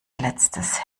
letztes